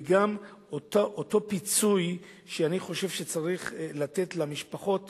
וגם אותו פיצוי שאני חושב שצריך לתת למשפחות